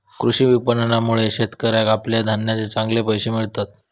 कृषी विपणनामुळे शेतकऱ्याका आपल्या धान्याचे चांगले पैशे मिळतत